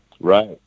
Right